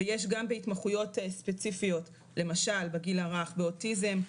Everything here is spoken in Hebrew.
ויש גם בהתמחויות ספציפיות למשל בגיל הרך באוטיזם,